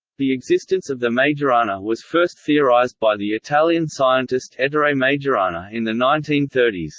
the existence of the majorana was first theorized by the italian scientist ettore majorana in the nineteen thirty